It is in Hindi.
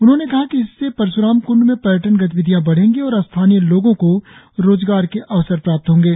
उन्होंने कहा कि इससे परश्राम कृंड में पर्यटन गतिविधियां बढ़ेगी और स्थानीय लोगों को रोजगार के अवसर प्राप्त होंगे